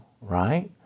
right